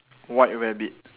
white rabbit